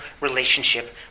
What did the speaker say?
relationship